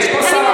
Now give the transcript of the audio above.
יש פה שרה,